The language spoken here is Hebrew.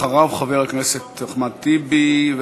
אחריו, חבר הכנסת אחמד טיבי.